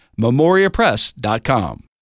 memoriapress.com